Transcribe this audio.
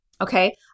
okay